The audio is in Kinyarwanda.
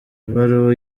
ibaruwa